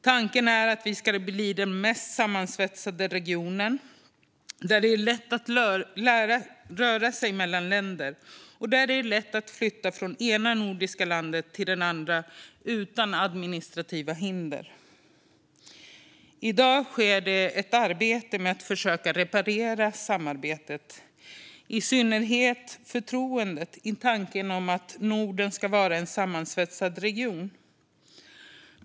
Tanken är att vi ska bli den mest sammansvetsade regionen, där det är lätt att röra sig mellan länder och där det är lätt att flytta från det ena nordiska landet till det andra utan administrativa hinder. I dag sker ett arbete med att försöka reparera samarbetet, i synnerhet förtroendet i tanken om att Norden ska vara en sammansvetsad region.